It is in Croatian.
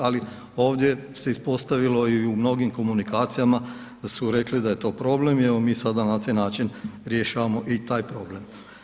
Ali ovdje se ispostavilo i u mnogim komunikacijama da su rekli da je to problem i evo mi sada na taj način rješavamo i taj problem.